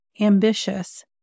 Ambitious